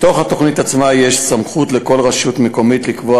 בתוך התוכנית עצמה יש סמכות לכל רשות מקומית לקבוע